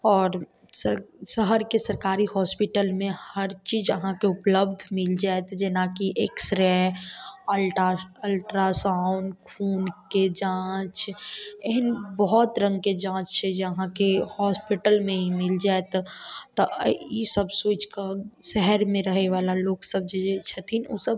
आओर शहरके सरकारी हॉस्पिटलमे हर चीज आहाँके उपलब्ध मिल जाएत जेनाकि एक्सरे अल्टा अल्ट्रासाउण्ड खूनके जाँच एहन बहुत रङ्गके जाँच छै जे आहाँके हॉस्पिटलमे मिल जाएत तऽ ई सब सोचिकऽ शहरमे रहयबला लोक सब जे छथिन ओ सब